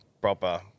proper